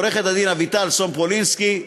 אביטל סומפולינסקי,